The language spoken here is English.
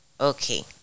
Okay